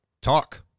Talk